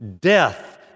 death